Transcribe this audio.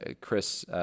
Chris